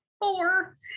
four